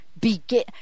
begin